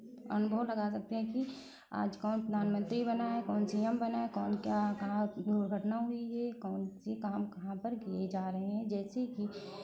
अनुभव लगा सकते हैं कि आज कौन प्रधानमन्त्री बना है कौन सी एम बना है कौन क्या कहाँ दुर्घटना हुई है कौन सी काम कहाँ पर किए जा रहे हैं जैसे कि